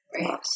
Right